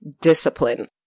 discipline